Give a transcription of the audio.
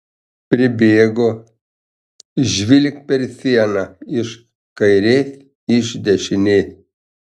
pribėgo žvilgt per sieną iš kairės iš dešinės